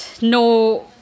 No